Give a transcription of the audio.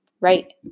right